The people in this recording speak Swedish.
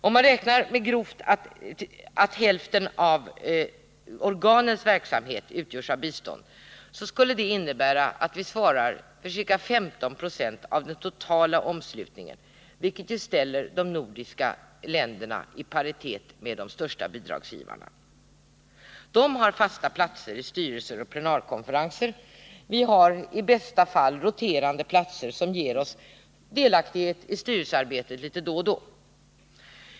Om man grovt räknar med att hälften av organens verksamhet utgörs av bistånd, skulle det innebära att vi svarar för ca 15 90 av den totala omslutningen, vilket ställer de nordiska länderna i paritet med de största bidragsgivarna. Dessa har fasta platser i styrelser och plenarkonferenser — vi har i bästa fall roterande platser som litet då och då ger oss delaktighet i styrelsearbetet.